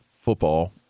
football